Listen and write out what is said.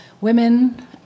women